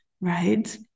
right